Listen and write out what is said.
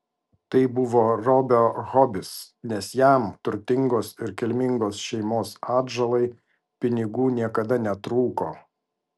tai buvo robio hobis nes jam turtingos ir kilmingos šeimos atžalai pinigų niekada netrūko